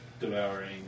devouring